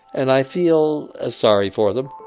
and i feel ah sorry for them,